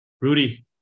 Rudy